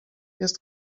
jest